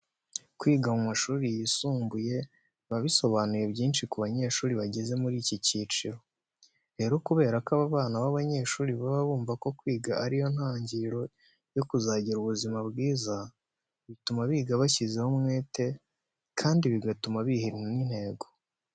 Kwiga mu mashuri yisumbuye biba bisobanuye byinshi ku banyeshuri bageze muri iki cyiciro. Rero kubera ko aba bana b'abanyeshuri baba bumva ko kwiga ari yo ntangiriro yo kuzagira ubuzima bwiza, bituma biga bashyizeho umwete kandi bigatuma biha n'intego.